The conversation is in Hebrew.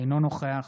אינו נוכח